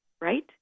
right